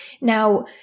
Now